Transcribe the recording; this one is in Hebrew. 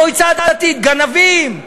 המועצה הדתית גנבים,